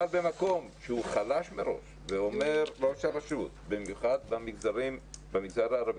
אבל במקום שהוא חלש מראש ואומר ראש הרשות במיוחד במגזר הערבי,